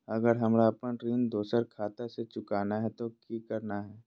अगर हमरा अपन ऋण दोसर खाता से चुकाना है तो कि करना है?